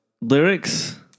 Lyrics